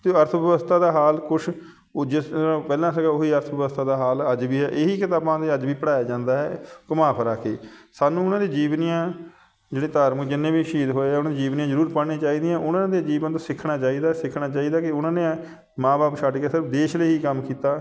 ਅਤੇ ਉਹ ਅਰਥ ਵਿਵਸਥਾ ਦਾ ਹਾਲ ਕੁਛ ਉਹ ਜਿਸ ਤਰ੍ਹਾਂ ਪਹਿਲਾਂ ਸੀਗਾ ਉਹੀ ਅਰਥਵਿਵਸਥਾ ਦਾ ਹਾਲ ਅੱਜ ਵੀ ਹੈ ਇਹੀ ਕਿਤਾਬਾਂ ਦੇ ਅੱਜ ਵੀ ਪੜ੍ਹਾਇਆ ਜਾਂਦਾ ਹੈ ਘੁੰਮਾ ਫਿਰਾ ਕੇ ਸਾਨੂੰ ਉਹਨਾਂ ਦੀਆਂ ਜੀਵਨੀਆਂ ਜਿਹੜੇ ਧਾਰਮਿਕ ਜਿੰਨੇ ਵੀ ਸ਼ਹੀਦ ਹੋਏ ਆ ਉਹਨਾਂ ਦੀਆਂ ਜੀਵਨੀਆਂ ਜ਼ਰੂਰ ਪੜ੍ਹਨੀਆਂ ਚਾਹੀਦੀਆਂ ਉਹਨਾਂ ਦੇ ਜੀਵਨ ਤੋਂ ਸਿੱਖਣਾ ਚਾਹੀਦਾ ਸਿੱਖਣਾ ਚਾਹੀਦਾ ਕਿ ਉਹਨਾਂ ਨੇ ਮਾਂ ਬਾਪ ਛੱਡ ਕੇ ਸਿਰਫ ਦੇਸ਼ ਲਈ ਹੀ ਕੰਮ ਕੀਤਾ